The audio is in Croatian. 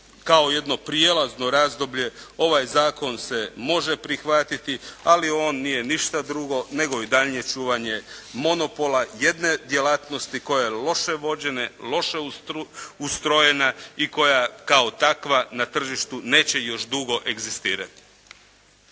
Kao jedno prijelazno razdoblje ovaj zakon se može prihvatiti, ali on nije ništa drugo nego i daljnje čuvanje monopola jedne djelatnosti koja je loše vođena, koja je loše ustrojena i koja kao takva na tržištu neće još dugo egzistirati.